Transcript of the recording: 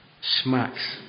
smacks